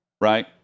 right